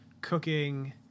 cooking